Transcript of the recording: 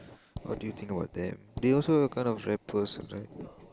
what do you think about them they also kind of rappers right